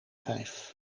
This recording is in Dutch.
vijf